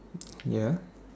ya